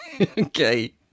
Okay